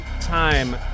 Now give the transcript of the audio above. time